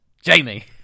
Jamie